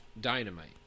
Dynamite